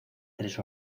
tres